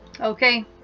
Okay